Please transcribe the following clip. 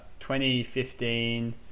2015